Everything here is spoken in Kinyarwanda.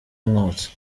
umwotsi